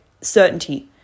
certainty